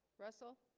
russell